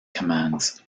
commands